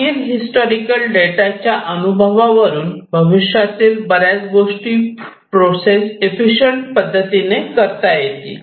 मागच्या historical data च्या अनुभवावरून भविष्यातील बऱ्याच गोष्टी प्रोसेस एफिशियंट पद्धतीने करता येतील